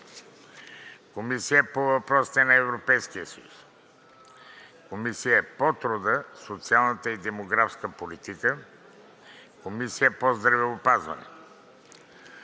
Комисията по въпросите на Европейския съюз, Комисията по труда, социалната и демографската политика, Комисията по здравеопазването.